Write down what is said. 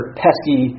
pesky